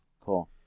Cool